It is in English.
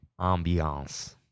Ambiance